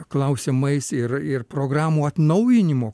klausimais ir ir programų atnaujinimo